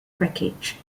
package